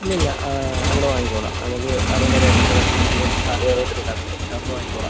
ഇല്ല ഇല്ല നമ്മൾ വാങ്ങിക്കോളാം നമുക്ക് അറിയുന്ന ഒരു ഏട്ടൻ്റ കട ഉണ്ട് ശിവദം ഹാർഡ്വെയറീന്ന് പറഞ്ഞിട്ട് ഒരു കട ഉണ്ട് അവിടുന്ന് വാങ്ങിക്കോളാം